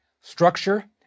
structure